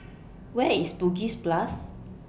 Where IS Bugis Plus